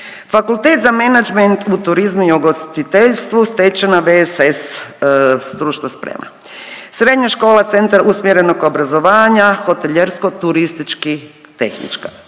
fakultet za menadžment u turizmu i ugostiteljstvu, stečena VSS stručna sprema. Srednja škola Centar usmjerenog obrazovanja hotelijersko-turistički tehničar.